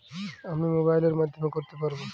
আমি কি মোবাইলের মাধ্যমে করতে পারব?